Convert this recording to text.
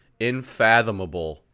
infathomable